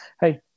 Hey